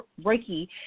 Reiki